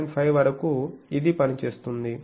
5 వరకు ఇదీ పని చేస్తుంది